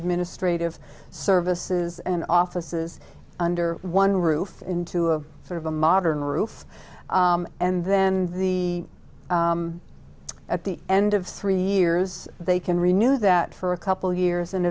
administrative services and offices under one roof into a sort of a modern roof and then the at the end of three years they can renew that for a couple of years and